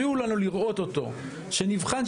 אנחנו פותחים את הישיבה של הוועדה לביטחון פנים.